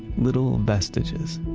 little vestiges.